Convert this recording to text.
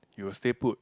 you will stay put